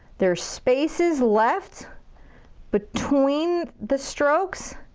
there's spaces left between the strokes.